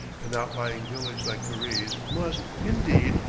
an outlying village like karize must, indeed,